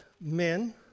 men